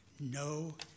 No